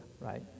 right